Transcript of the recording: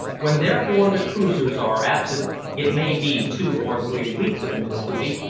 when therefore the cruisers are absent it may be two or three weeks on this duty,